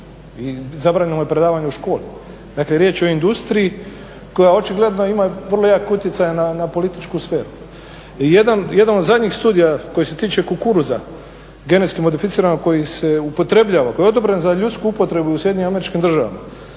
i zabranjeno mu je predavanje u školi. Dakle, riječ je o industriji koja očigledno ima vrlo jak utjecaj na političku sferu. Jedan od zadnjih studija koji se tiče kukuruza genetski modificiranog koji se upotrebljava, koji je odobren za ljudsku upotrebu u SAD-u, nedvojbeno istraživanje